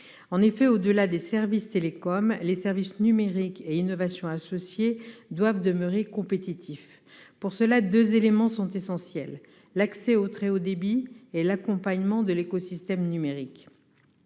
En effet, au-delà des services de télécommunications, les services numériques et les innovations associées doivent demeurer compétitifs. Pour cela, deux éléments sont essentiels : l'accès au très haut débit et l'accompagnement de l'écosystème numérique.